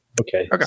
Okay